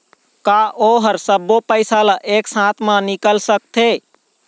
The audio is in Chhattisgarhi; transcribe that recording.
का ओ हर सब्बो पैसा ला एक साथ म निकल सकथे?